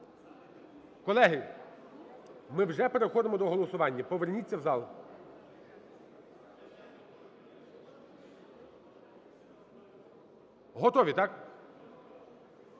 Колеги, ми вже переходимо до голосування, поверніться в зал. Готові, так?